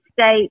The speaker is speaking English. state